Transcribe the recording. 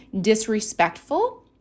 disrespectful